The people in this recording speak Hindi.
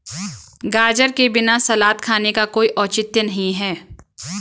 गाजर के बिना सलाद खाने का कोई औचित्य नहीं है